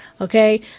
Okay